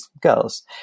girls